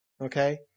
okay